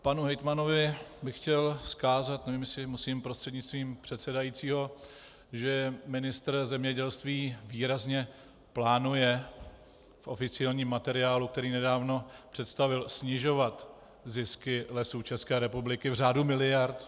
Panu hejtmanovi bych chtěl vzkázat, nevím, jestli musím prostřednictvím předsedajícího, že ministr zemědělství výrazně plánuje v oficiálním materiálu, který nedávno představil, snižovat zisky Lesů České republiky v řádu miliard.